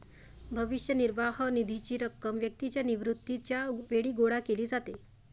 भविष्य निर्वाह निधीची रक्कम व्यक्तीच्या निवृत्तीच्या वेळी गोळा केली जाते